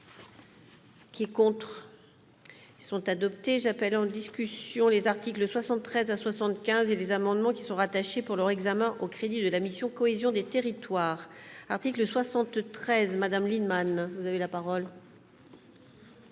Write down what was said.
Qui est contre, ils sont adoptés, j'appelle en discussion : les articles 73 à 75 et les amendements qui sont rattachés pour leur examen aux crédits de la mission cohésion des territoires article 73 Madame Lienemann, vous avez la parole.